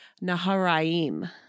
Naharaim